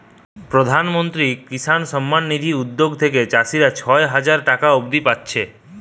প্রধানমন্ত্রী কিষান সম্মান নিধি উদ্যগ থিকে চাষীরা ছয় হাজার টাকা অব্দি পাচ্ছে